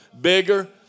bigger